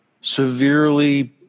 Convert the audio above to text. severely